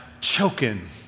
choking